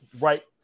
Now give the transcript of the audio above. right